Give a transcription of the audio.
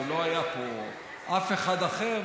ולא היה פה אף אחד אחר,